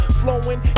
flowing